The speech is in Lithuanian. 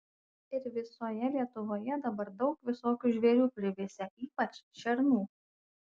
ir visoje lietuvoje dabar daug visokių žvėrių privisę ypač šernų